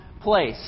place